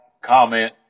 comment